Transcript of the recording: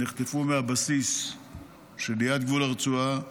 שנחטפו מהבסיס שליד גבול הרצועה,